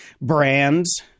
brands